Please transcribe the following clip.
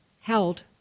held